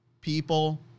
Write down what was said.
people